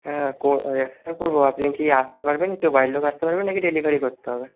হ্যাঁ একটা করব আপনি কি আসতে পারবেন কেউ বাড়ির লোক আসতে পারবেন নাকি ডেলিভারি করতে হবে